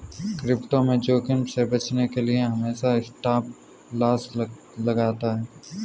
crypto में जोखिम से बचने के लिए मैं हमेशा स्टॉपलॉस लगाता हूं